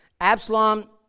Absalom